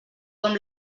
com